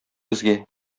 безгә